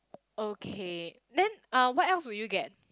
okay then uh what else will you get